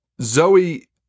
Zoe